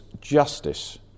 justice